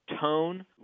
tone